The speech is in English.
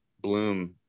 bloom